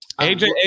AJ